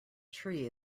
tree